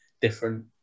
different